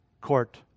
court